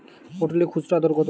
পটলের খুচরা দর কত?